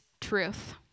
truth